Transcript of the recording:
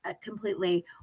completely